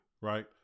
right